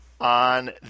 On